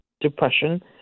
depression